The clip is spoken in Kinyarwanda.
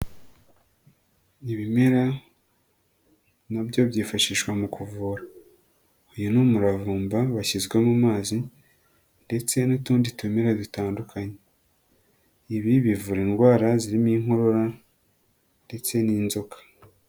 Ibimera na byo byifashishwa mu kuvura, uyu ni umuravumba washyizwe mu mazi ndetse n'utundi tumera dutandukanye, ibi bivura indwara zirimo inkorora ndetse n'inzoka.